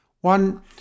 One